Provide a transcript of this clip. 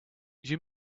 you